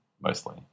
mostly